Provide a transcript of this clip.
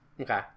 Okay